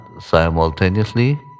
simultaneously